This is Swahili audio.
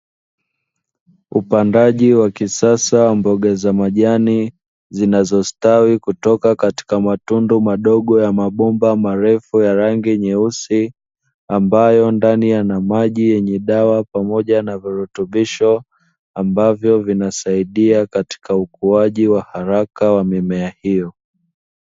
Upandaji wa kisasa wa mboga za majani, zinazostawi kutoka katika matundu madogo ya mabomba marefu ya rangi nyeusi, ambayo ndani yana maji yenye dawa pamoja na virutubisho, ambavyo vinasaidia katika ukuaji wa haraka wa mimea hiyo.